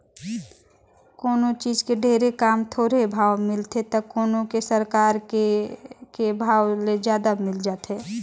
कोनों चीज के ढेरे काम, थोरहें भाव मिलथे त कोनो के सरकार के के भाव ले जादा मिल जाथे